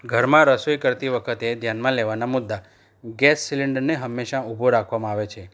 ઘરમાં રસોઈ કરતી વખતે ધ્યાનમાં લેવાના મુદ્દા ગેસ સિલિન્ડરને હંમેશા ઊભો રાખવામાં આવે છે